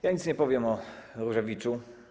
Ja nic nie powiem o Różewiczu.